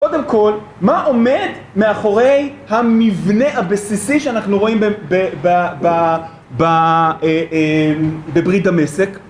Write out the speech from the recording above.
קודם כל, מה עומד מאחורי המבנה הבסיסי שאנחנו רואים בברית דמשק?